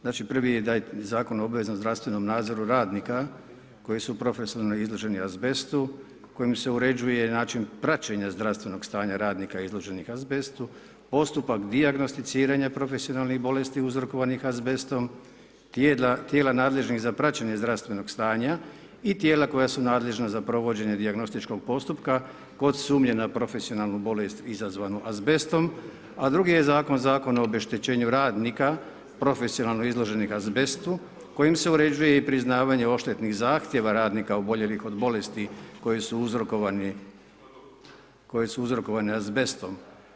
Znači prvi je Zakon o obveznom zdravstvenom nadzoru radnika koji su profesionalno izloženi azbestu kojim se uređuje i način praćenja zdravstvenog stanja radnika izloženih azbestu, postupak dijagnosticiranja profesionalnih bolesti uzrokovanih azbestom, tijela nadležnih za praćenje zdravstvenog stanja i tijela koja su nadležna za provođenje dijagnostičkog postupka kod sumnje na profesionalnu bolest izazvanu azbestom a drugi je zakon Zakon o obeštećenju radnika profesionalno izloženih azbestu kojim se uređuje i priznavanje odštetnih zahtjeva radnika oboljelih od bolesti koje su uzrokovane azbestom.